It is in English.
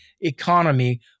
economy